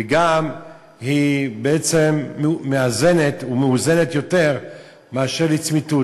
וגם בעצם מאזנת ומאוזנת יותר מאשר לצמיתות,